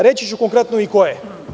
Reći ću konkretno i koje.